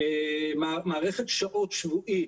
מערכת שעות שבועית,